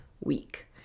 week